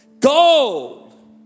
Gold